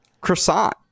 croissant